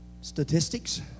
statistics